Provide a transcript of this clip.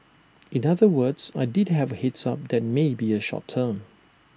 in other words I did have A heads up that may be A short term